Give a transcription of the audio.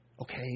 Okay